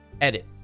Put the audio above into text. Edit